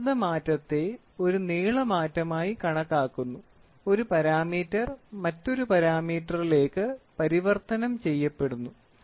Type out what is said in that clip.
സമ്മർദ്ദ മാറ്റത്തെ ഒരു നീളമാറ്റമായി കണക്കാക്കുന്നു ഒരു പാരാമീറ്റർ മറ്റൊരു പാരാമീറ്ററിലേക്ക് പരിവർത്തനം ചെയ്യപ്പെടുന്നു